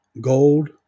gold